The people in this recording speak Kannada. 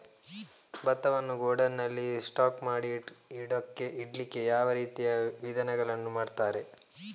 ಭತ್ತವನ್ನು ಗೋಡೌನ್ ನಲ್ಲಿ ಸ್ಟಾಕ್ ಮಾಡಿ ಇಡ್ಲಿಕ್ಕೆ ಯಾವ ರೀತಿಯ ವಿಧಾನಗಳನ್ನು ಮಾಡ್ತಾರೆ?